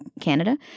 Canada